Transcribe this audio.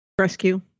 Rescue